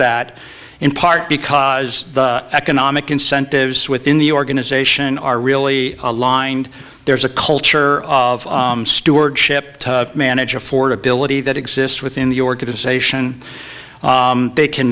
that in part because the economic incentives within the organization are really aligned there's a culture of stewardship to manage affordability that exists within the organization they can